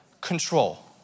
Control